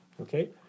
Okay